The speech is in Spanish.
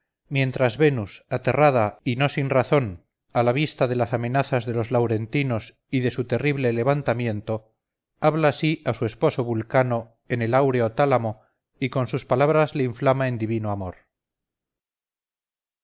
mientras venus aterrada y no sin razón a la vista de las amenazas de los laurentinos y de su terrible levantamiento habla así a su esposo vulcano en el áureo tálamo y con sus palabras le inflama en divino amor